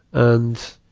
and,